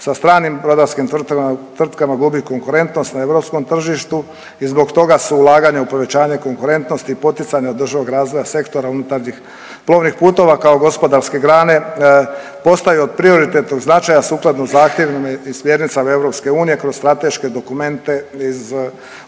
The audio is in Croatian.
sa stranim brodarskih tvrtkama gubi konkurentnost na europskom tržištu i zbog toga su ulaganja u povećanje konkurentnosti i poticanje održivog razvoja sektora unutarnjih plovnim putova kao gospodarske grane, postaje od prioritetnog značaja sukladno zahtjevima i smjernicama EU kroz strateške dokumente u RH.